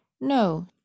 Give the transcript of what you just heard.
No